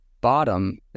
bottom